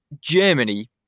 Germany